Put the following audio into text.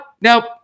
nope